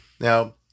Now